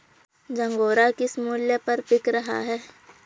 झंगोरा किस मूल्य पर बिक रहा है?